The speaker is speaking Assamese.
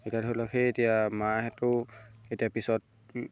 এতিয়া ধৰি লওক সেই এতিয়া মাহেঁতেও এতিয়া পিছত